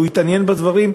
שהוא התעניין בדברים,